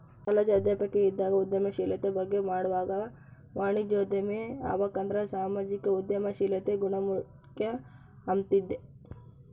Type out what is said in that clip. college ಅಧ್ಯಾಪಕಿ ಇದ್ದಾಗ ಉದ್ಯಮಶೀಲತೆ ಬಗ್ಗೆ ಮಾಡ್ವಾಗ ವಾಣಿಜ್ಯೋದ್ಯಮಿ ಆಬಕಂದ್ರ ಸಾಮಾಜಿಕ ಉದ್ಯಮಶೀಲತೆ ಗುಣ ಮುಖ್ಯ ಅಂಬ್ತಿದ್ದೆ